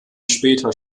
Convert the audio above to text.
später